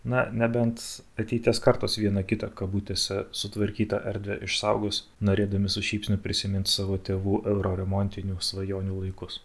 na nebent ateities kartos vieną kitą kabutėse sutvarkytą erdvę išsaugos norėdami su šypsniu prisimint savo tėvų euro remontinių svajonių laikus